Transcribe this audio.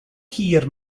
hir